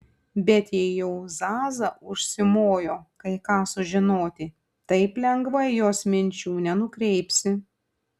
bet jei jau zaza užsimojo kai ką sužinoti taip lengvai jos minčių nenukreipsi